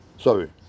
sorry